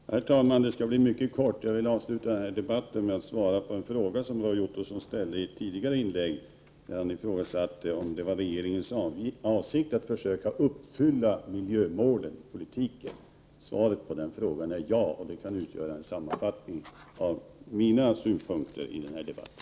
Herr talman! Mitt sista inlägg skall bli mycket kort. Jag vill avsluta debatten med att svara på en fråga som Roy Ottosson ställde i ett tidigare anförande. Han ifrågasatte om det var regeringens avsikt att försöka uppfylla miljömålen i politiken. Svaret på den frågan är ja. Det svaret kan utgöra en sammanfattning av mina synpunkter i den här debatten.